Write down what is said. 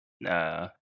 Nah